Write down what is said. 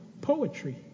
poetry